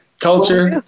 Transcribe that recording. Culture